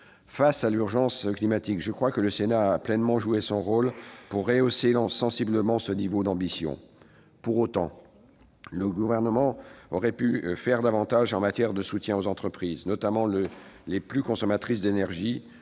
Face à l'urgence climatique, je crois que le Sénat a pleinement joué son rôle pour rehausser sensiblement ce niveau d'ambition. Pour autant, le Gouvernement aurait pu faire davantage en matière de soutien aux entreprises, notamment les plus consommatrices d'énergie,